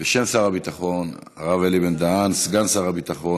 בשם שר הביטחון הרב אלי בן-דהן, סגן שר הביטחון.